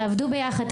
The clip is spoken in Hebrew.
תעבדו ביחד,